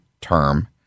term